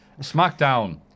Smackdown